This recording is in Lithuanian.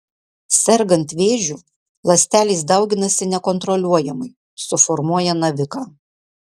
sergant vėžiu ląstelės dauginasi nekontroliuojamai suformuoja naviką